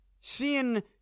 seeing